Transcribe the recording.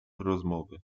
rozmowy